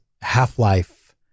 half-life